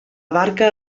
barca